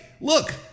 look